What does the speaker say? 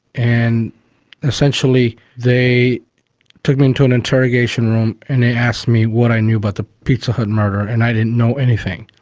and essentially they took me into an interrogation room and they asked me what i knew about but the pizza hut murder, and i didn't know anything.